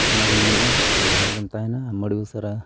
ᱚᱱᱟᱜᱤᱧ ᱢᱮᱱᱮᱫᱼᱟ ᱟᱢ ᱡᱟᱦᱟᱸ ᱨᱮᱜᱮᱢ ᱛᱟᱦᱮᱱᱟ ᱟᱢ ᱟᱹᱰᱤ ᱩᱥᱟᱹᱨᱟ